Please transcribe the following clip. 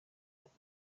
akaba